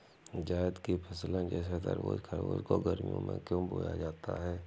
जायद की फसले जैसे तरबूज़ खरबूज को गर्मियों में क्यो बोया जाता है?